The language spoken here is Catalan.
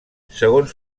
segons